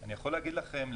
אני יכול להגיד לכם,